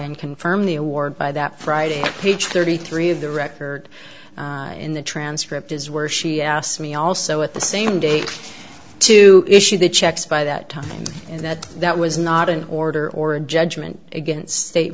and confirm the award by that friday page thirty three of the record in the transcript is where she asked me also at the same date to issue the checks by that time and that that was not an order or a judgment against state